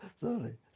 sorry